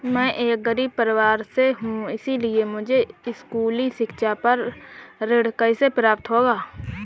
मैं एक गरीब परिवार से हूं इसलिए मुझे स्कूली शिक्षा पर ऋण कैसे प्राप्त होगा?